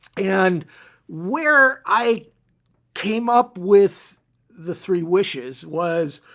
and where i came up with the three wishes was,